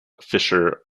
fischer